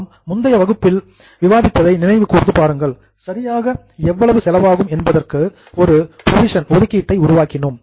நாம் முந்தைய வகுப்பில் விவாதித்ததை நினைவு கூர்ந்து பாருங்கள் சரியாக எவ்வளவு செலவாகும் என்பதற்கு ஒரு புரோவிஷன் ஒதுக்கீட்டை உருவாக்கினோம்